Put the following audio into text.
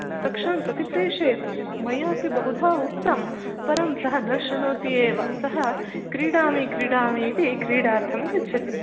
कक्षां प्रति प्रेषयतु मयापि बहुधा उक्तं परं सः न श्रुणोति एव सः क्रीडामि क्रीडामि इति क्रीडार्थं गच्छति